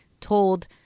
told